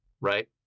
Right